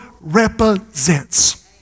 represents